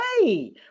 Hey